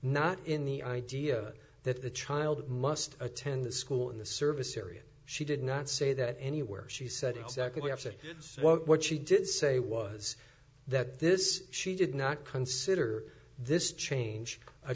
not in the idea that the child must attend the school in the service area she did not say that anywhere she said exactly have said what she did say was that this she did not consider this change a